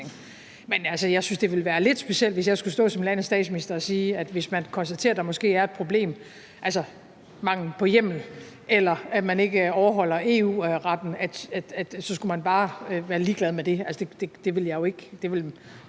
men jeg synes altså, det ville være lidt specielt, hvis jeg skulle stå som landets statsminister og sige, at hvis man konstaterer, at der måske er et problem – mangel på hjemmel, eller at man ikke overholder EU-retten – så skulle man bare være ligeglad med det. Det vil jeg jo ikke,